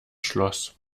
schloss